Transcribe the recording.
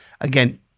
again